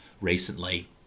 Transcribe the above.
recently